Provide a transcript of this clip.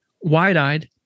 wide-eyed